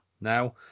Now